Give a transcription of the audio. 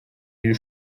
iri